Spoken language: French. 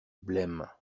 blême